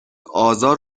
آزار